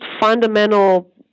fundamental